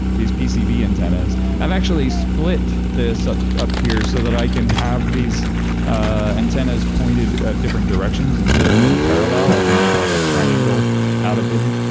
these pcb antennas. i've actually split this ah up here so i can have these antennas pointing different directions instead of being parallel. i can make like a triangle out of them